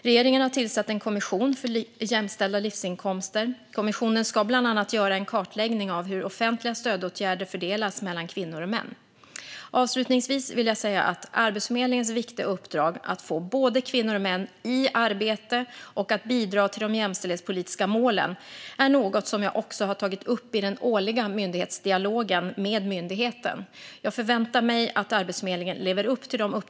Regeringen har tillsatt en kommission för jämställda livsinkomster. Kommissionen ska bland annat göra en kartläggning av hur offentliga stödåtgärder fördelas mellan kvinnor och män. Avslutningsvis vill jag säga att Arbetsförmedlingens viktiga uppdrag att få både kvinnor och män i arbete och att bidra till de jämställdhetspolitiska målen är något som jag också tagit upp i den årliga myndighetsdialogen med myndigheten. Jag förväntar mig att Arbetsförmedlingen lever upp till de uppdrag den har fått i den här frågan.